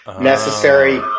necessary